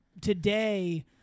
today